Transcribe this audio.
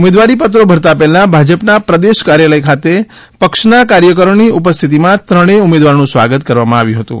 ઉમેદવારી પાત્રો ભરતા પહેલા ભાજપના પ્રદેશ કાર્યાલય ખાતે પક્ષના કાર્યકરોની ઉપસ્થિતિમાં ત્રણેય ઉમેદરોનું સ્વાગત કરવામાં આવ્યું હતું